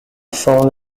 shown